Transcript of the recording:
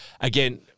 again